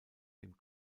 dem